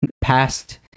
past